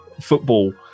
football